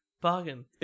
Bargain